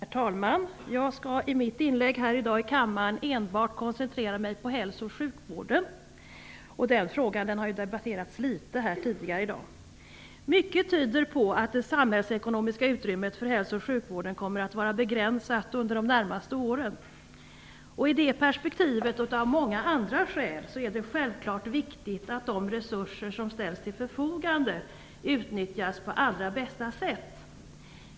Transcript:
Herr talman! Jag skall i mitt inlägg här i dag i kammaren enbart koncentrera mig på hälso och sjukvården. Den frågan har debatterats litet här i dag. Mycket tyder på att det samhällsekonomiska utrymmet för hälso och sjukvården kommer att vara begränsat under de närmaste åren. I det perspektivet och av många andra skäl så är det självklart viktigt att de resurser som ställs till förfogande utnyttjas på allra bästa sätt.